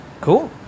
Cool